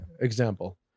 example